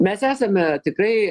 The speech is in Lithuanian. mes esame tikrai